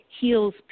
heals